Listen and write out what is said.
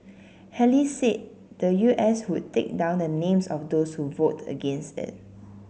Haley said the U S would take down the names of those who vote against it